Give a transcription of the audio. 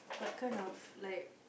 what kind of like